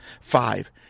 Five